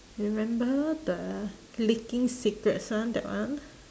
remember the leaking secrets one that one